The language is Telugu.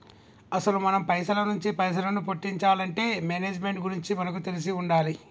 అసలు మనం పైసల నుంచి పైసలను పుట్టించాలంటే మేనేజ్మెంట్ గురించి మనకు తెలిసి ఉండాలి